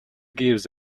gives